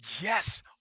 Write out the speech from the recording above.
Yes